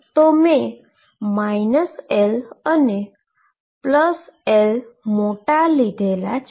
તો મેં મોંટા L અને મોટા L લીધેલા છે